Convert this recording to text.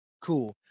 cool